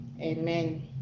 amen